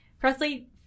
Presley